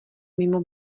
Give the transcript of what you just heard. mimo